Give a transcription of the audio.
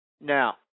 Now